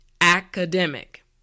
Academic